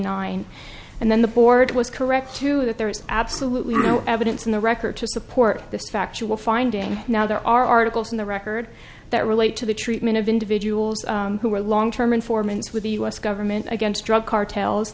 nine and then the board was correct to that there is absolutely no evidence in the record to support this factual finding now there are articles in the record that relate to the treatment of individuals who were long term informants with the us government against drug cartels